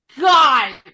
god